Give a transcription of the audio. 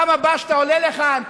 בפעם הבאה שאתה עולה לכאן,